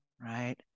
Right